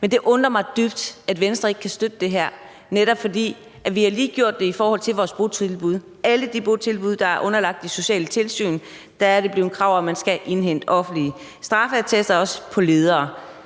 Men det undrer mig dybt, at Venstre ikke kan støtte det her, netop fordi vi lige har gjort det i forhold til vores botilbud. For alle de botilbud, der er underlagt det sociale tilsyn, er der blevet et krav om, at man skal indhente offentlige straffeattester, også i forhold